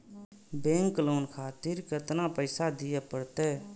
Bank loan खातीर केतना पैसा दीये परतें?